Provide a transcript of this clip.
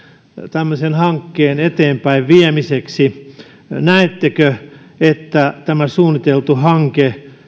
tämmöisen hankkeen eteenpäin viemiseksi näettekö että tämä suunniteltu hanke